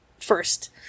first